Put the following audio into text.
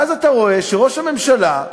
ואז אתה רואה שראש הממשלה,